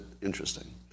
interesting